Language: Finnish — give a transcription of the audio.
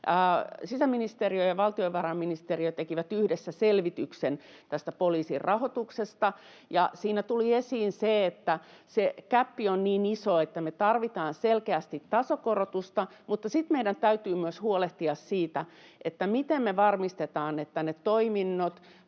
Sisäministeriö ja valtiovarainministeriö tekivät yhdessä selvityksen poliisin rahoituksesta, ja siinä tuli esiin, että se gäppi on niin iso, että me tarvitaan selkeästi tasokorotusta mutta sitten meidän täytyy myös huolehtia siitä, että me varmistetaan, että ne toiminnot